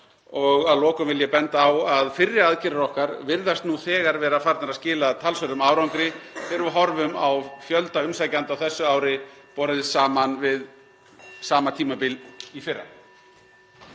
Að lokum vil ég benda á að fyrri aðgerðir okkar virðast nú þegar vera farnar að skila talsverðum árangri þegar við horfum á (Forseti hringir.) fjölda umsækjenda á þessu ári borið saman við sama tímabil í fyrra.